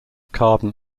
carbon